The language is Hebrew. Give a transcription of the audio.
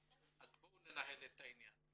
אז בואו ננהל את העניין.